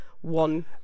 one